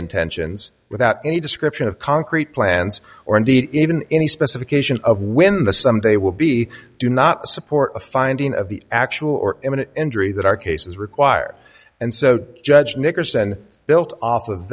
intentions without any description of concrete plans or indeed even any specification of when the some day will be do not support a finding of the actual or imminent injury that our cases require and so judge nickerson built off of